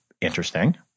interesting